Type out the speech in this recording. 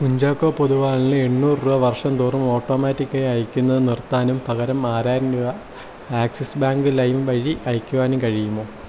കുഞ്ചാക്കോ പൊതുവാളിന് എണ്ണൂറ് രൂപ വർഷം തോറും ഓട്ടോമാറ്റിക് ആയി അയയ്ക്കുന്നത് നിർത്താനും പകരം ആറായിരം രൂപ ആക്സിസ് ബാങ്ക് ലൈം വഴി അയയ്ക്കുവാനും കഴിയുമോ